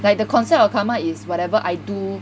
like the concept of karma is whatever I do